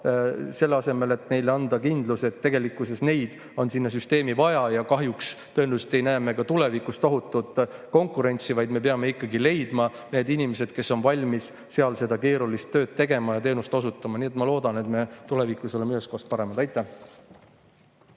asemel tuleks aga neile anda kindlus, et tegelikkuses neid on sinna süsteemi vaja. Kahjuks tõenäoliselt ei näe me ka tulevikus tohutut konkurentsi, vaid me peame ikkagi leidma need inimesed, kes on valmis seda keerulist tööd tegema ja seal teenust osutama. Nii et ma loodan, et me tulevikus oleme üheskoos paremad. Aitäh!